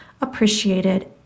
appreciated